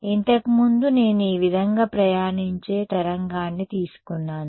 ఇంతకు ముందు నేను ఈ విధంగా ప్రయాణించే తరంగాన్ని తీసుకున్నాను